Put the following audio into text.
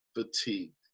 fatigued